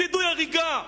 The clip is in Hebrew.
וידוא הריגה,